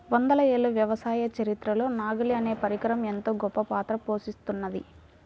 వందల ఏళ్ల వ్యవసాయ చరిత్రలో నాగలి అనే పరికరం ఎంతో గొప్పపాత్ర పోషిత్తున్నది